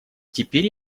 теперь